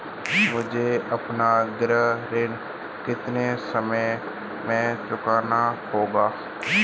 मुझे अपना गृह ऋण कितने समय में चुकाना होगा?